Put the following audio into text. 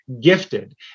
gifted